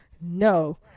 No